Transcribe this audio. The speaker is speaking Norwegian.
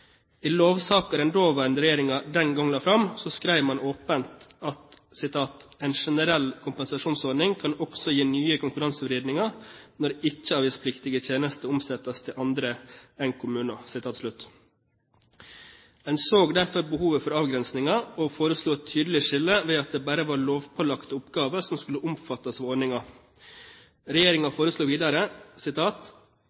I lovsaken den daværende regjeringen den gang la fram, skrev man åpent: «En generell kompensasjonsordning kan også gi nye konkurransevridninger når ikke-avgiftspliktige tjenester omsettes til andre enn kommunen». Man så derfor behovet for avgrensninger og foreslo et tydelig skille ved at det bare var lovpålagte oppgaver som skulle omfattes av